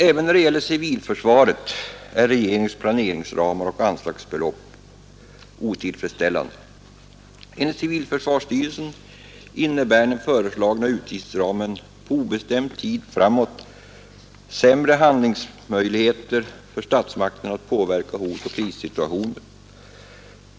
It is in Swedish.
Även när det gäller civilförsvaret är regeringens planeringsramar och anslagsbelopp otillfredsställande. Enligt civilförsvarsstyrelsen innebär den föreslagna utgiftsramen på obestämd tid framåt sämre handlingsmöjligheter för statsmakterna att påverka hotoch krissituationer.